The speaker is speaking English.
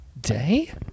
day